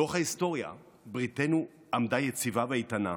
לאורך ההיסטוריה בריתנו עמדה יציבה ואיתנה.